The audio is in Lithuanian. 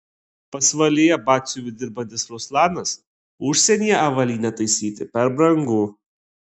pasvalyje batsiuviu dirbantis ruslanas užsienyje avalynę taisyti per brangu